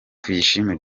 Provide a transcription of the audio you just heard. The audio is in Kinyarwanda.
tuyishime